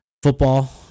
Football